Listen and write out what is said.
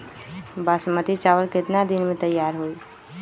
बासमती चावल केतना दिन में तयार होई?